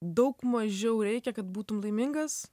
daug mažiau reikia kad būtum laimingas